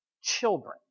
Children